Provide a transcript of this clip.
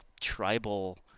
tribal